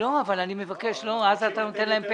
אבל אז אתה נותן להם פתח.